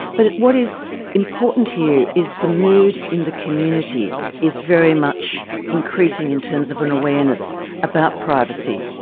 but what is important here is the mood in the community is very much increasing in terms of an awareness about privacy.